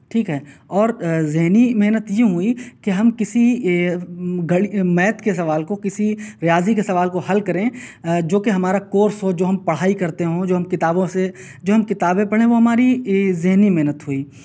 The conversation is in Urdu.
ٹھیک ہے اور ذہنی محنت یوں ہوئی کہ ہم کسی گڑی میتھ کے سوال کو کسی ریاضی کے سوال کو حل کریں جو کہ ہمارا کورس ہو جو ہم پڑھائی کرتے ہوں جو ہم کتابوں سے جو ہم کتابیں پڑھیں وہ ہماری ذہنی محنت ہوئی